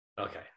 okay